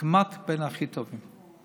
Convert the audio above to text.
כמעט בין הכי טובים.